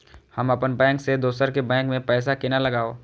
हम अपन बैंक से दोसर के बैंक में पैसा केना लगाव?